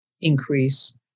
increase